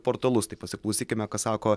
portalus tai pasiklausykime ką sako